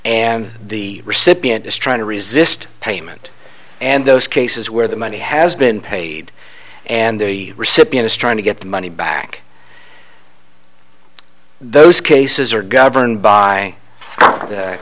and the recipient is trying to resist payment and those cases where the money has been paid and the recipient is trying to get the money back those cases are governed by